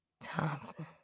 Thompson